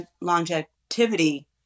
longevity